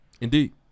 Indeed